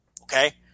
Okay